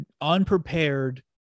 unprepared